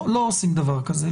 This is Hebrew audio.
לא עושים דבר כזה,